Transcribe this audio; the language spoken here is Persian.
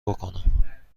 بکنم